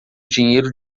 dinheiro